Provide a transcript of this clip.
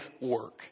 work